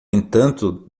entanto